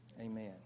amen